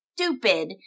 stupid